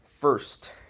first